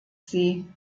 sie